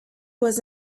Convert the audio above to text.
was